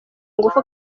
ngufu